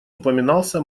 упоминался